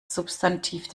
substantiv